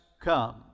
come